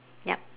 yup